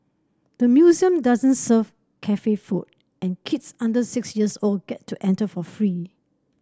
the museum doesn't serve cafe food and kids under six years old get to enter for free